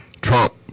Trump